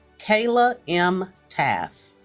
kayla m. taff